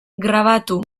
grabatu